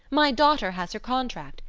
my daughter has her contract.